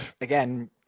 again